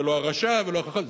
ולא הרשע ולא החכם,